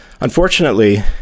Unfortunately